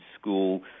school